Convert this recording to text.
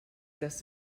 das